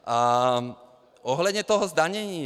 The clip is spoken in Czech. A ohledně toho zdanění.